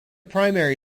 primary